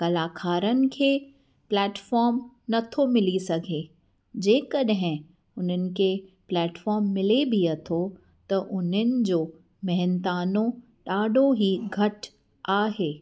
कलाकारनि खे प्लेटफॉम नथो मिली सघे जेकॾहिं उन्हनि खे प्लेटफॉर्म मिले बि अथो त उन्हनि जो महिनतानो ॾाढो ई घटि आहे